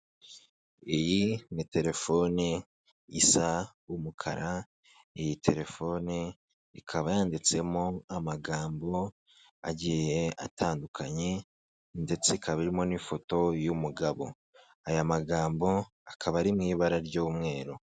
Iyi ni telefoni isa umukara, iyi telefoni ikaba yanditsemo amagambo agiye atandukanye ndetse ikaba irimo n'ifoto y'umugabo, aya magambo akaba ari mu ibara ry'umweru.